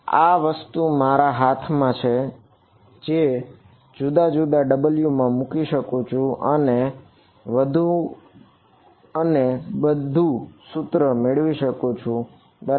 આ વસ્તુ જે મારા હાથ માં છે તેને હું જુદા જુદા w માં મૂકી શકું છું અને વધુ અને બધું સૂત્રો મેળવી શકું છું બરાબર